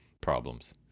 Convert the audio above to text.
problems